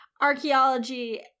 archaeology